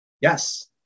yes